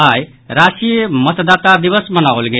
आई राष्ट्रीय मतदाता दिवस मनाओल गेल